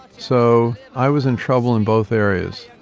so i was in trouble in both areas.